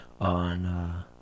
on